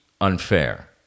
unfair